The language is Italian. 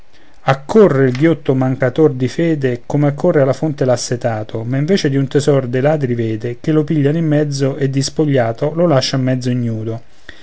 il ghiotto mancator di fede come corre alla fonte l'assetato ma invece di un tesor dei ladri vede che lo pigliano in mezzo e dispogliato lo lascian mezzo ignudo